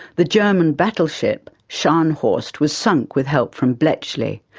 the german battleship scharnhorst was sunk with help from bletchley,